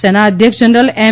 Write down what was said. સેના અધ્યક્ષ જનરલ એમ